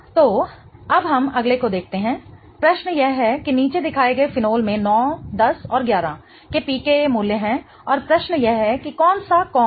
तो अब हम अगले को देखते हैं प्रश्न यह है कि नीचे दिखाए गए फिनोल में 9 10 और 11 के pKa मूल्य हैं और प्रश्न यह है कि कौन सा कौन है